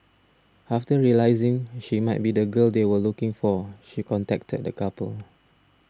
after realising she might be the girl they were looking for she contacted the couple